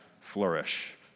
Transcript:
flourish